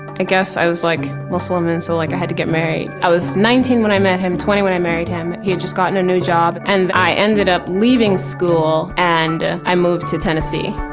i guess i was like, muslim, and so like i had to get married. i was nineteen when i met him, twenty when i married him, he had just gotten a new job, and i ended up leaving school and i moved to tennessee.